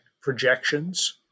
projections